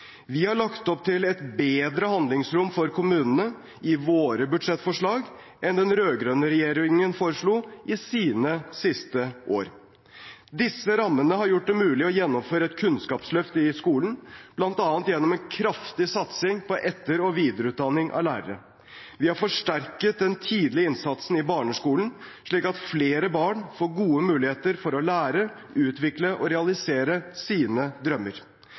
Vi har lagt opp til et bedre handlingsrom for kommunene i våre budsjettforslag enn det den rød-grønne regjeringen foreslo i sine siste år. Disse rammene har gjort det mulig å gjennomføre et kunnskapsløft i skolen, bl.a. gjennom en kraftig satsing på etter- og videreutdanning av lærere. Vi har forsterket den tidlige innsatsen i barneskolen, slik at flere barn får gode muligheter for å lære, utvikle seg og realisere sine drømmer.